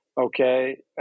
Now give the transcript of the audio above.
okay